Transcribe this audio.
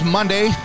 Monday